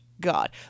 God